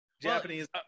Japanese